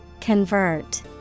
Convert